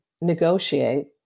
negotiate